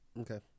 Okay